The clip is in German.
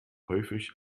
häufig